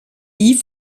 die